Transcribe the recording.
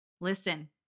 listen